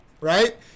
right